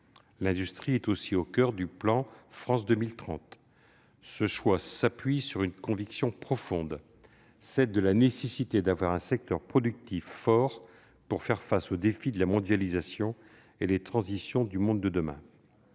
secteur est aussi au coeur du plan France 2030. Ce choix s'appuie sur une conviction profonde : celle de la nécessité d'avoir un secteur productif fort pour faire face aux défis de la mondialisation et aux transitions du monde de demain.